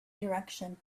direction